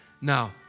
Now